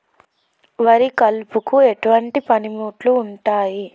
వరి కలుపుకు ఎటువంటి పనిముట్లు ఉంటాయి?